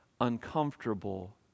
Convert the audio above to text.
uncomfortable